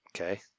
Okay